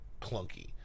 clunky